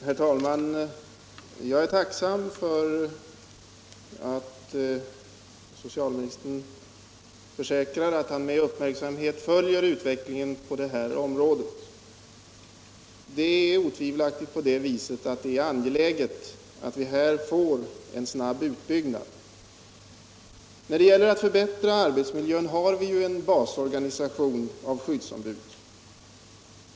Herr talman! Jag är tacksam för att socialministern försäkrar att han med uppmärksamhet följer utvecklingen på det här området. Det är otvivelaktigt angeläget att vi här får en snabb utbyggnad. När det gäller att förbättra arbetsmiljön har vi ju en basorganisation av skyddsombud.